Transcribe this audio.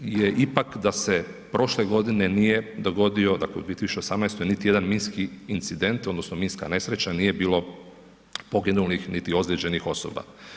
Najvažnije je ipak da se prošle godine nije dogodio, dakle u 2018. niti jedan minski incident, odnosno minska nesreća, nije bilo poginulih niti ozlijeđenih osoba.